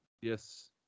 yes